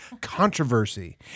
controversy